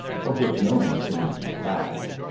for which no one seems to have asked,